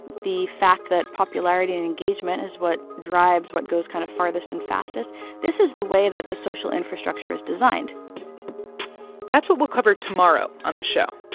the fact that popularity and engagement is what drives what goes kind of farthest and fastest this is the way that the social infrastructure is designed that's what we'll cover tomorrow on the show.